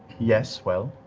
yes, well,